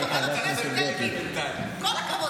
חבר הכנסת אלקין, כל הכבוד.